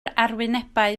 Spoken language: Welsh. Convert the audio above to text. arwynebau